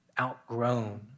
outgrown